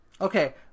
Okay